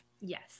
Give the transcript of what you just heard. Yes